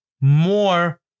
more